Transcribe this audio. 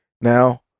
now